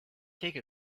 take